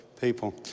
people